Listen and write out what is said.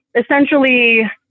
essentially